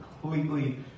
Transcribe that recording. completely